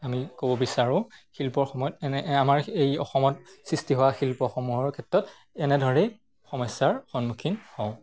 আমি ক'ব বিচাৰোঁ শিল্পৰ সময়ত এনে আমাৰ এই অসমত সৃষ্টি হোৱা শিল্পসমূহৰ ক্ষেত্ৰত এনেদৰেই সমস্যাৰ সন্মুখীন হওঁ